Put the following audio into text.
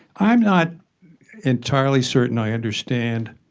i'm not entirely certain i understand